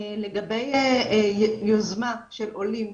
לגבי יוזמה של עולים.